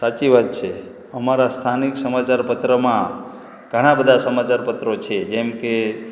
સાચી વાત છે અમારાં સ્થાનિક સમાચાર પત્રમાં ઘણા બધાં સમાચારપત્રો છે જેમ કે